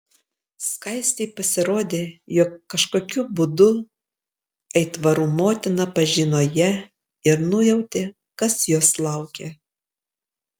skaistei pasirodė jog kažkokiu būdu aitvarų motina pažino ją ir nujautė kas jos laukia